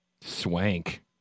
Swank